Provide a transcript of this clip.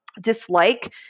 dislike